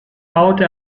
baute